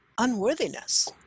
unworthiness